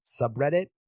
subreddit